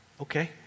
okay